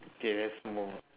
can rest more